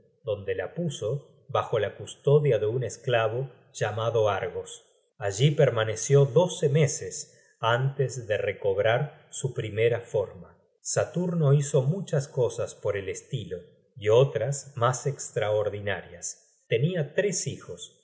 donde la puso bajo la custodia de un esclavo llamado argos allí permaneció doce meses antes de recobrar su primera forma saturno hizo muchas cosas por el estilo y otras mas estraordinarias tenia tres hijos